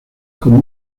como